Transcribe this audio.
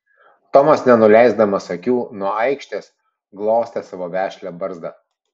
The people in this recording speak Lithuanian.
tomas nenuleisdamas akių nuo aikštės glostė savo vešlią barzdą